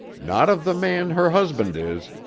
not of the man her husband is,